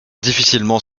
difficilement